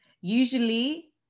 Usually